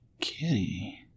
kitty